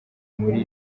muri